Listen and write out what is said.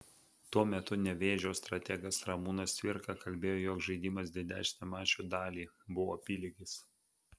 tuo metu nevėžio strategas ramūnas cvirka kalbėjo jog žaidimas didesnę mačo dalį buvo apylygis